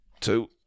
two